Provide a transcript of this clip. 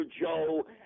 Joe